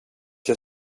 jag